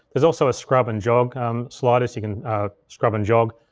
there's also a scrub and jog um slider so you can scrub and jog.